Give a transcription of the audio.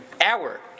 hour